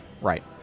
right